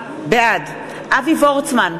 בעד אבי וורצמן,